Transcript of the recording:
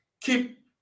Keep